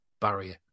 barrier